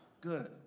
Good